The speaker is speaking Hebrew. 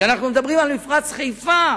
כשאנחנו מדברים על מפרץ חיפה,